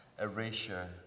erasure